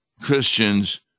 Christians